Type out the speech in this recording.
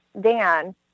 Dan